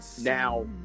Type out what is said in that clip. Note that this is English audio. Now